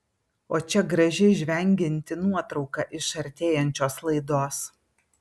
o čia graži žvengianti nuotrauka iš artėjančios laidos